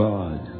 God